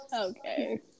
okay